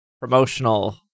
promotional